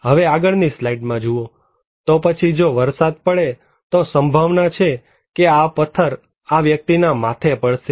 હવે આગળની સ્લાઈડમાં જુઓ તો પછી જો વરસાદ પડે તો સંભાવના છે કે આ પથ્થર આ વ્યક્તિના માથે પડશે